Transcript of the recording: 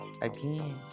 Again